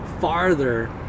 farther